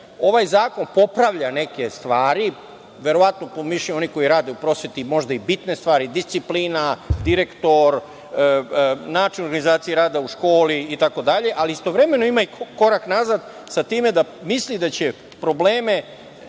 ovaj zakon popravlja neke stvari, verovatno po mišljenju onih koji rade u prosveti možda i bitne stvari, disciplina, direktor, način organizacije rada u školi itd, ali istovremeno ima i korak nazad sa time da misli da će neke